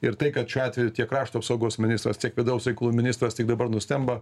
ir tai kad šiuo atveju tiek krašto apsaugos ministras tiek vidaus reikalų ministras tik dabar nustemba